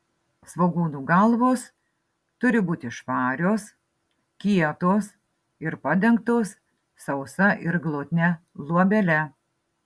svogūnų galvos turi būti švarios kietos ir padengtos sausa ir glotnia luobele